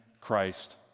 Christ